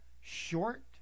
short